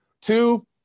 Two